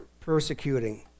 persecuting